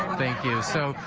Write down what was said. thank you. so